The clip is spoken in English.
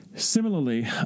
Similarly